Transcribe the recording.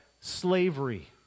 slavery